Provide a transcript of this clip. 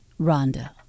Rhonda